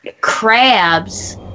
crabs